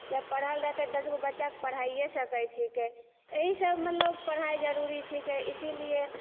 या पढ़ल रहतै दसगो बच्चाके पढ़ायै सकै छिकै एहि सबमे लोक पढ़ाइ जरुरी छिकै इसीलिए